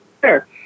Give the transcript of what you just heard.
Sure